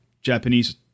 Japanese